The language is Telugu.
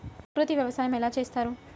ప్రకృతి వ్యవసాయం ఎలా చేస్తారు?